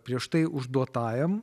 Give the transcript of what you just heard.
prieš tai užduotajam